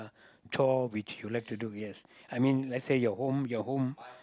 chore which you like to do yes I mean let's say your home your home